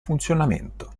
funzionamento